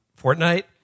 Fortnite